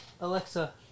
Alexa